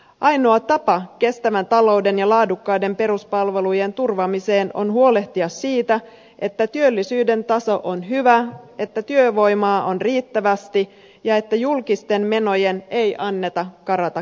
ainoa tapa kestävän talouden ja laadukkaiden peruspalvelujen turvaamiseen on huolehtia siitä että työllisyyden taso on hyvä että työvoimaa on riittävästi ja että julkisten menojen ei anneta karata käsistä